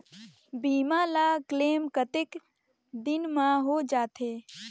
बीमा ला क्लेम कतेक दिन मां हों जाथे?